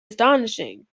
astonishing